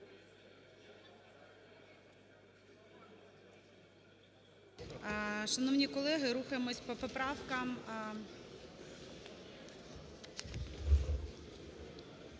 Шановні колеги, рухаємось по поправкам.